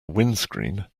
windscreen